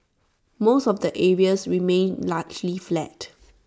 most of the areas remained largely flat